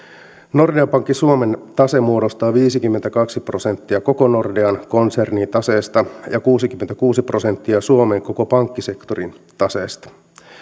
nordea pankki suomen tase muodostaa viisikymmentäkaksi prosenttia koko nordean konsernin taseesta ja kuusikymmentäkuusi prosenttia suomen koko pankkisektorin taseesta